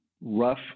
rough